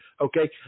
Okay